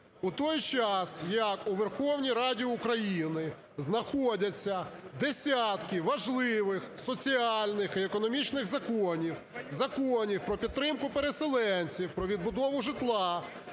у той час як у Верховній Раді України знаходяться десятки важливих соціальних і економічних законів, законів про підтримку переселенців, про відбудову житла,